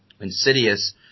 Insidious